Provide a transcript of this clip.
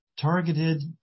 targeted